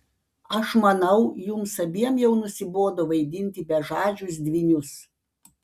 aš manau jums abiem jau nusibodo vaidinti bežadžius dvynius